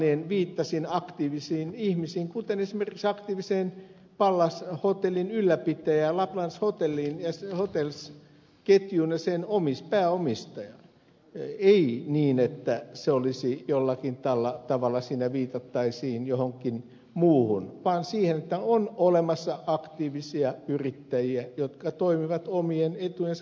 manninen viittasin aktiivisiin ihmisiin kuten esimerkiksi aktiiviseen pallas hotellin ylläpitäjään lapland hotels ketjuun ja sen pääomistajaan ei niin että siinä jollakin tavalla viitattaisiin johonkin muuhun vaan siihen että on olemassa aktiivisia yrittäjiä jotka toimivat omien etujensa mukaan